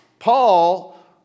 Paul